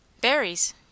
Berries